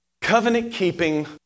covenant-keeping